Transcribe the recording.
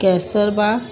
केसर बाग़